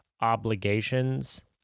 obligations